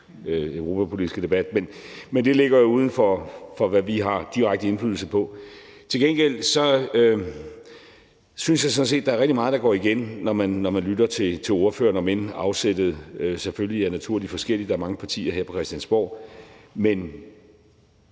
men det ligger jo uden for, hvad vi har direkte indflydelse på. Til gengæld synes jeg sådan set, at der er rigtig meget, der går igen, når man lytter til ordførerne, om end afsættet selvfølgelig er naturligt forskelligt – der er mange partier her på Christiansborg.